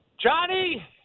Johnny